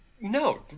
No